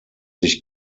sich